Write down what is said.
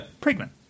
pregnant